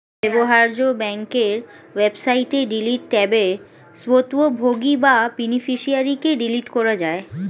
ব্যবহার্য ব্যাংকের ওয়েবসাইটে ডিলিট ট্যাবে স্বত্বভোগী বা বেনিফিশিয়ারিকে ডিলিট করা যায়